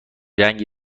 رنگی